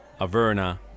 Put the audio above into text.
Averna